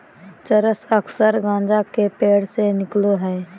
चरस अक्सर गाँजा के पेड़ से निकलो हइ